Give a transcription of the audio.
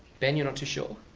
ben, you're not too sure?